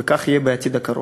וכך יהיה בעתיד הקרוב.